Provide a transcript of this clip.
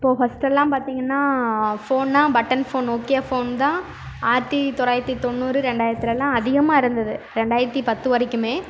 இப்போது ஃபர்ஸ்ட் எல்லாம் பார்த்தீங்கன்னா ஃபோன்னால் பட்டன் ஃபோன் நோக்கியா ஃபோன் தான் ஆயிரத்தி தொள்ளாயிரத்தி தொண்ணூறு ரெண்டாயிரத்திலலாம் அதிகமாக இருந்தது ரெண்டாயித்தி பத்து வரைக்கும்